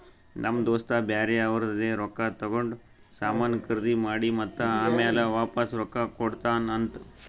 ನಮ್ ದೋಸ್ತ ಬ್ಯಾರೆ ಅವ್ರದ್ ರೊಕ್ಕಾ ತಗೊಂಡ್ ಸಾಮಾನ್ ಖರ್ದಿ ಮಾಡಿ ಮತ್ತ ಆಮ್ಯಾಲ ವಾಪಾಸ್ ರೊಕ್ಕಾ ಕೊಡ್ತಾನ್ ಅಂತ್